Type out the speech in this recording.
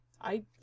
I-